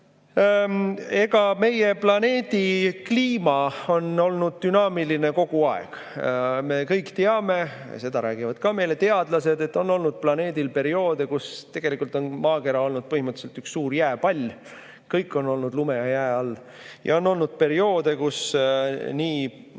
Meie planeedi kliima on olnud dünaamiline kogu aeg. Me kõik teame seda. Teadlased räägivad meile ka seda, et planeedil on olnud perioode, kus tegelikult on maakera olnud põhimõtteliselt üks suur jääpall, kõik on olnud lume ja jää all. Ja on olnud perioode, kus nii